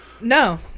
No